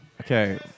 Okay